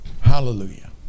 Hallelujah